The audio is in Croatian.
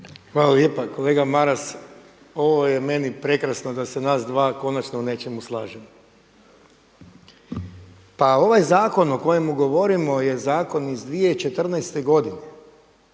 Hvala lijepa. Kolega Maras, ovo je meni prekrasno da se nas dva konačno u nečemu slažemo. Pa ovaj zakon o kojemu govorimo je zakon iz 2014. godine,